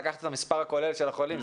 לא צריך להתייחס למספר הכולל של החולים.